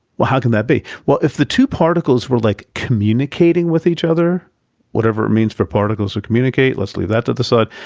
well, how can that be? well, if the two particles were, like, communicating with each other whatever it means for particles to communicate, let's leave that to the side,